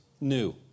new